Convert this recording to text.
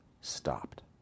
stopped